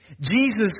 Jesus